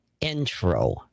intro